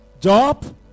Job